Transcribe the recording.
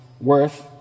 worth